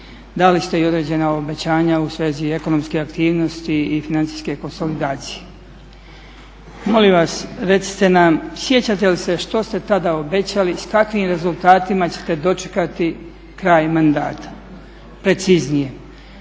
da li ste i određena obećanja u svezi ekonomske aktivnosti i financijske konsolidacije. Molim vas recite nam sjećate li se što ste tada obećali, s kakvim rezultatima ćete dočekati kraj mandata? Preciznije,